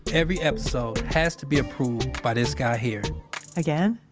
every episode has to be approved by this guy here again?